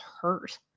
hurt